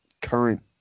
current